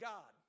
God